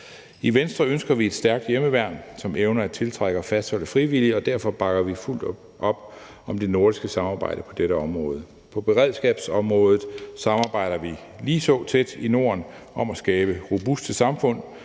I Venstre ønsker vi et stærkt hjemmeværn, som evner at tiltrække og fastholde frivillige, og derfor bakker vi fuldt op om det nordiske samarbejde på dette område. På beredskabsområdet samarbejder vi ligeså tæt i Norden om at skabe robuste samfund,